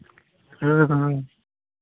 हाँ हाँ